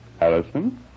Allison